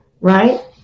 right